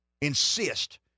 insist